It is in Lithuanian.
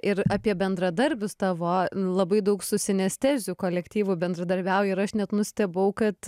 ir apie bendradarbius tavo labai daug su sinesteziu kolektyvu bendradarbiauji ir aš net nustebau kad